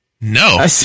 no